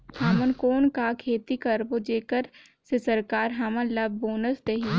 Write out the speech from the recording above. हमन कौन का खेती करबो जेकर से सरकार हमन ला बोनस देही?